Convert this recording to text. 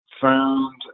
found